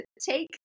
take